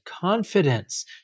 confidence